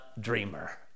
dreamer